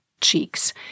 cheeks